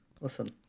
listen